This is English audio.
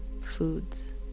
foods